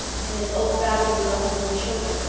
in this old valley we loved when we were children,